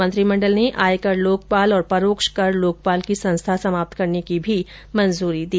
मंत्रिमंडल ने आयकर लोकपाल और परोक्ष कर लोकपाल की संस्था समाप्त करने को भी मंजूरी दे दी